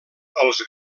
els